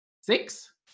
six